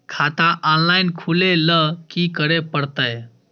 खाता ऑनलाइन खुले ल की करे परतै?